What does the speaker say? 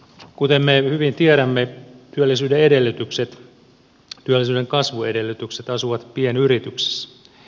kuten me hyvin tiedämme työllisyyden kasvuedellytykset asuvat pienyrityksissä